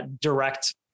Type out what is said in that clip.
direct